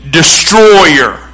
destroyer